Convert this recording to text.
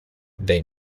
they